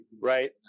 right